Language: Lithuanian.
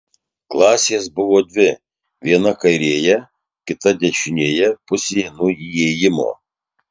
klasės buvo dvi viena kairėje kita dešinėje pusėje nuo įėjimo